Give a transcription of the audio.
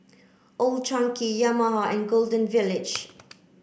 Old Chang Kee Yamaha and Golden Village